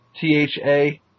T-H-A